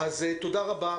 תודה רבה,